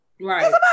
right